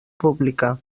pública